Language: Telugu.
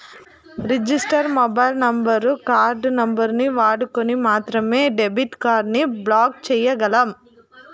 రిజిస్టర్ మొబైల్ నంబరు, కార్డు నంబరుని వాడుకొని మాత్రమే డెబిట్ కార్డుని బ్లాక్ చేయ్యగలం